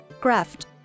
craft